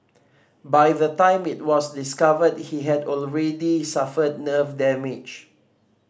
by the time it was discovered he had already suffered nerve damage